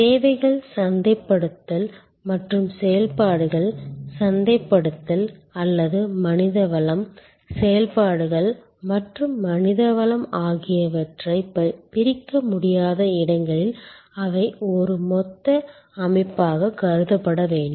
சேவைகள் சந்தைப்படுத்தல் மற்றும் செயல்பாடுகள் சந்தைப்படுத்தல் அல்லது மனித வளம் செயல்பாடுகள் மற்றும் மனித வளம் ஆகியவற்றைப் பிரிக்க முடியாத இடங்களில் அவை ஒரு மொத்த அமைப்பாகக் கருதப்பட வேண்டும்